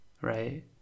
right